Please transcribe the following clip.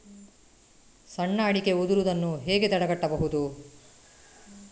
ಸಣ್ಣ ಅಡಿಕೆ ಉದುರುದನ್ನು ಹೇಗೆ ತಡೆಗಟ್ಟಬಹುದು?